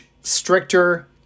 stricter